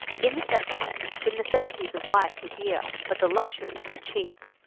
in the settlement the necessaries of life were dear, but the luxuries were cheap.